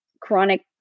chronic